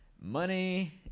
money